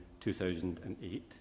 2008